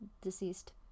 deceased